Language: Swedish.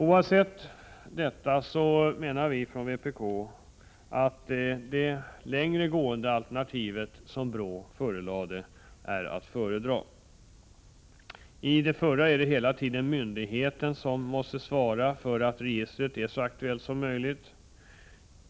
Oavsett detta anser vi i vpk att det längre gående alternativet som BRÅ framlade är att föredra. I det förra är det hela tiden myndigheten som måste svara för att registret är så aktuellt som möjligt.